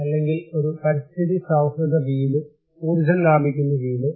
അല്ലെങ്കിൽ ഒരു പരിസ്ഥിതി സൌഹൃദ വീട് ഊർജ്ജം ലാഭിക്കുന്ന വീട്